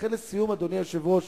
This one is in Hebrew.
לכן, אדוני היושב-ראש,